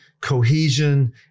cohesion